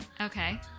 Okay